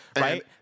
right